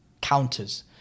counters